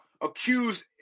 accused